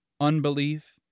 unbelief